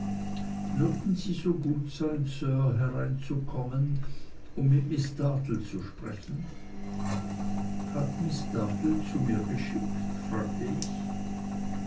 würden sie so gut sein sir hereinzukommen um mit miß dartle zu sprechen hat miß dartle zu mir geschickt fragte ich